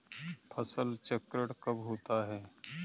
फसल चक्रण कब होता है?